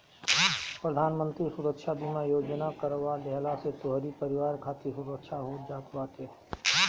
प्रधानमंत्री सुरक्षा बीमा योजना करवा लेहला से तोहरी परिवार खातिर सुरक्षा हो जात बाटे